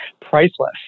priceless